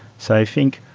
so i think